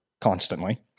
constantly